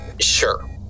sure